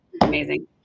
amazing